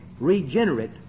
regenerate